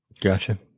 Gotcha